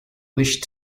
wish